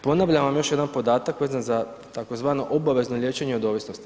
Ponavljam vam još jedan podatak vezan za tzv. obavezno liječenje od ovisnosti.